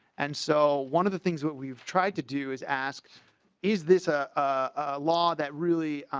and so one of the things that we've tried to do is ask is this a ah law that really